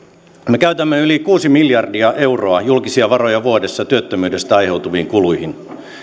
me käytämme yli kuusi miljardia euroa julkisia varoja vuodessa työttömyydestä aiheutuviin kuluihin siis